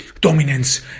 dominance